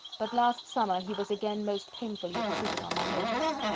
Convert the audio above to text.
but last summer he was again most painfully obtruded on my notice.